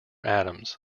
atoms